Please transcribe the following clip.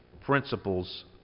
principles